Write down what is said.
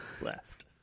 left